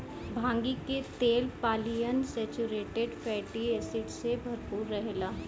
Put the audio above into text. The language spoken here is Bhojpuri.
भांगी के तेल पालियन सैचुरेटेड फैटी एसिड से भरपूर रहेला